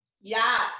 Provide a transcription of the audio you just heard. Yes